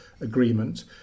agreement